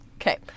Okay